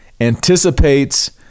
Anticipates